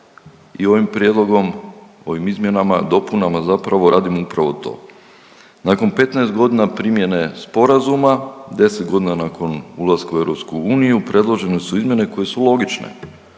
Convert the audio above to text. i ovim prijedlogom, ovim izmjenama, dopunama zapravo radimo upravo to. Nakon 15 godine primjene sporazuma, 10 godina nakon ulaska u EU predložene su izmjene koje su logične,